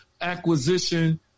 acquisition